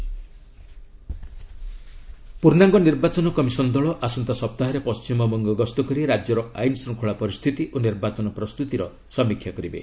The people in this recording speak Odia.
ଇସି ୱେଷ୍ଟ ବେଙ୍ଗଲ୍ ପୂର୍ଣ୍ଣାଙ୍ଗ ନିର୍ବାଚନ କମିଶନ୍ ଦଳ ଆସନ୍ତା ସପ୍ତାହରେ ପଣ୍ଢିମବଙ୍ଗ ଗସ୍ତକରି ରାଜ୍ୟର ଆଇନ ଶୃଙ୍ଖଳା ପରିସ୍ଥିତି ଓ ନିର୍ବାଚନ ପ୍ରସ୍ତୁତିର ସମୀକ୍ଷା କରିବେ